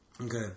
Okay